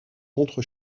contre